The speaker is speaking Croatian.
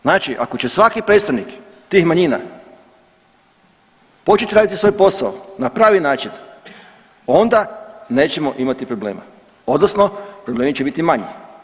Znači ako će svaki predstavnik tih manjina početi raditi svoj posao na pravi način onda nećemo imati problema odnosno problemi će biti manji.